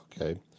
Okay